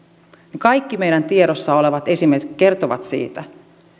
niin kaikki meidän tiedossamme olevat esimerkit kertovat siitä